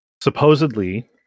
supposedly